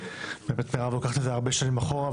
ובאמת מירב לוקחת את זה הרבה שנים אחורה,